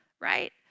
right